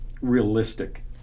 realistic